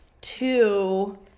Two